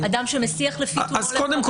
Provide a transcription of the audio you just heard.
אדם שמסיח לפי תומו אדם.